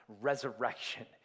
resurrection